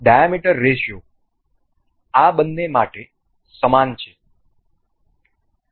diameter ratio આ બંને માટે સમાન છે